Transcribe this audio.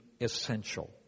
essential